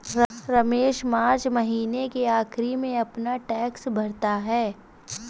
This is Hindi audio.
रमेश मार्च महीने के आखिरी में अपना टैक्स भरता है